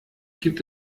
gibt